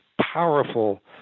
powerful